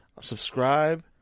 subscribe